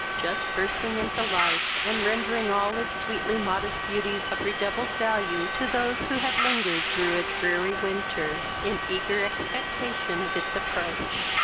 just bursting into life, and rendering all its sweetly modest beauties of redoubled value to those who had lingered through a dreary winter, in eager expectation of its approach.